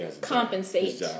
compensate